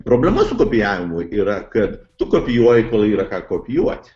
problema su kopijavimui yra kad tu kopijuoji kol yra ką kopijuoti